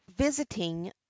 visiting